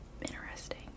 interesting